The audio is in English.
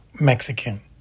Mexican